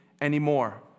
Anymore